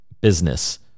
business